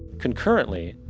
concurrently,